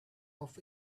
off